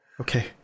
Okay